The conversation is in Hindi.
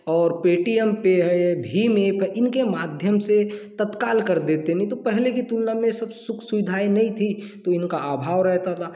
और पेटीएम पे है भीम एप्प है इनके माध्यम से तत्काल कर देते हैं नई तो पहले कि तुलना में ये सब सुख सुविधाएं नहीं थीं तो इनका अभाव रहता था